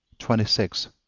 twenty six.